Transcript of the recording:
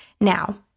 Now